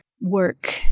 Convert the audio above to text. work